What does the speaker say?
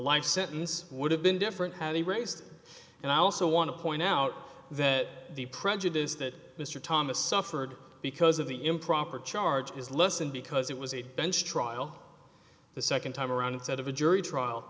life sentence would have been different had they raised and i also want to point out that the prejudice that mr thomas suffered because of the improper charge is lessened because it was a bench trial the second time around instead of a jury trial